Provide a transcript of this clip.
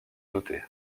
douter